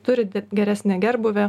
turi geresnį gerbūvį